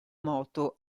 moto